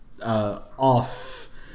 Off